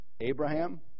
Abraham